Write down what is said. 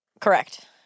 Correct